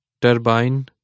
Turbine